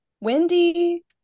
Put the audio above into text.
Wendy